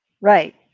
Right